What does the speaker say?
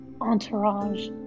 entourage